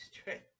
Straight